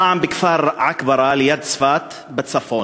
הפעם בכפר עכברה, ליד צפת, בצפון.